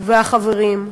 החברים,